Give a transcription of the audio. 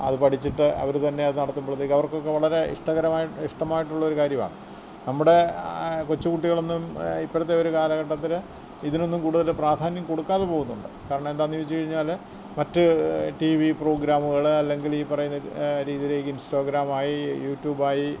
അതു പഠിച്ചിട്ട് അവർ തന്നെ അതു നടത്തുമ്പോഴത്തേക്ക് അവർക്കൊക്കെ വളരെ ഇഷ്ടകരമായിട്ട് ഇഷ്ടമായിട്ടുള്ളൊരു കാര്യമാണ് നമ്മുടെ കൊച്ചു കുട്ടികളൊന്നും ഇപ്പോഴത്തെ ഒരു കാലഘട്ടത്തിൽ ഇതിനൊന്നും കൂടുതൽ പ്രാധാന്യം കൊടുക്കാതെ പോകുന്നുണ്ട് കാരണം എന്താണെന്നു ചോദിച്ചു കഴിഞ്ഞാൽ മറ്റു ടി വി പ്രോഗ്രാമുകൾ അല്ലെങ്കിൽ ഈ പറയുന്ന രീതിയിൽ ഇൻസ്റ്റാഗ്രാമായി യൂട്യൂബായി